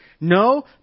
no